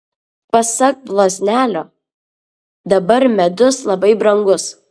pasak bloznelio dabar medus labai brangus